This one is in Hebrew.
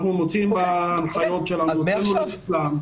אנחנו מוציאים בהנחיות שלנו לכולם,